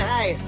Hey